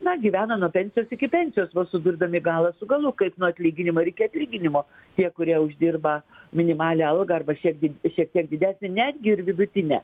na gyvena nuo pensijos iki pensijos vos sudurdami galą su galu kaip nuo atlyginimo ir iki atlyginimo tie kurie uždirba minimalią algą arba šiek di šiek tiek didesnę netgi ir vidutinę